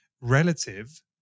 relative